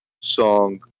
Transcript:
song